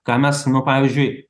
ką mes nu pavyzdžiui